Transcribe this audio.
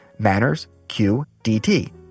MannersQDT